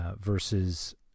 versus